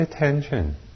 attention